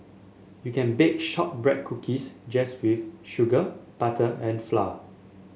you can bake shortbread cookies just with sugar butter and flour